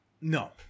No